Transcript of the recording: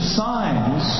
signs